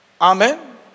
Amen